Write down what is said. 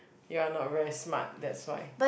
you're not very smart that's why